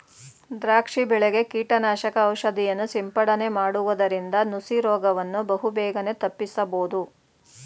ದ್ರಾಕ್ಷಿ ಬೆಳೆಗೆ ಕೀಟನಾಶಕ ಔಷಧಿಯನ್ನು ಸಿಂಪಡನೆ ಮಾಡುವುದರಿಂದ ನುಸಿ ರೋಗವನ್ನು ಬಹುಬೇಗನೆ ತಪ್ಪಿಸಬೋದು